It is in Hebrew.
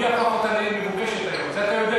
מי הפך אותה לעיר מבוקשת היום?